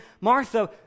Martha